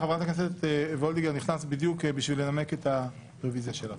2021. נתחיל בנושא הראשון שעל סדר היום.